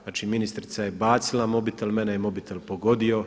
Znači ministrica je bacila mobitel, mene je mobitel pogodio.